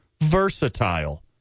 Versatile